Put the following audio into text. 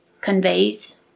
conveys